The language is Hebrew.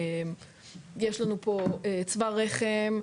יש לנו פה צוואר רחם,